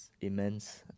immense